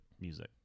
music